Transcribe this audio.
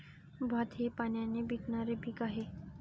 भात हे पाण्याने पिकणारे पीक आहे